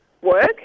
work